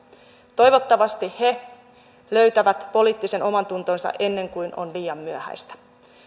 toivottavasti he löytävät poliittisen omantuntonsa ennen kuin on liian myöhäistä